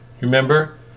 remember